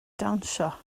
dawnsio